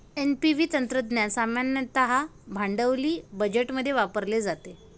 NPV तंत्रज्ञान सामान्यतः भांडवली बजेटमध्ये वापरले जाते